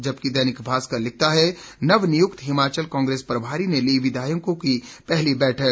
जबकि दैनिक भास्कर लिखता है नवनियुक्त हिमाचल कांग्रेस प्रभारी ने ली विधायकों की पहली बैठक